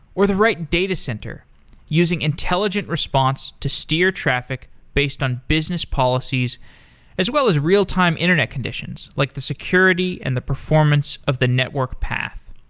or the right datacenter using intelligent response to steer traffic based on business policies as well as real time internet conditions, like the security and the performance of the network path.